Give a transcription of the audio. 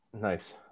Nice